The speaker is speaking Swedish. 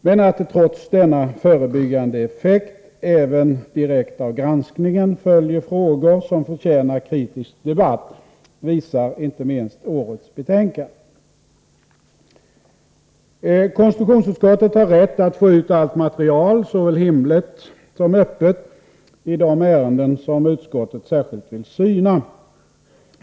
Men att det trots denna förebyggande effekt även direkt av granskningen följer frågor som förtjänar kritisk debatt visar inte minst årets betänkande. Konstitutionsutskottet har rätt att få ut allt material, såväl hemligt som öppet, i de ärenden som utskottet särskilt vill syna.